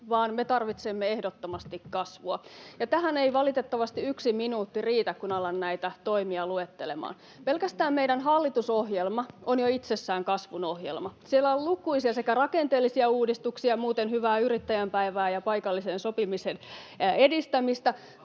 vaan me tarvitsemme ehdottomasti kasvua, ja tähän ei valitettavasti yksi minuutti riitä, kun alan näitä toimia luettelemaan. Pelkästään meidän hallitusohjelma on jo itsessään kasvun ohjelma. Siellä on lukuisia rakenteellisia uudistuksia — muuten, hyvää yrittäjän päivää ja paikallisen sopimisen edistämistä